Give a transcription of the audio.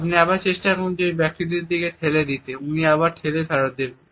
আপনি আবার চেষ্টা করুন এটিকে ওই ব্যক্তিটির দিকে ঠেলে দিতে উনি আবার ঠেলে ফেরত পাঠিয়ে দেবেন